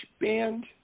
band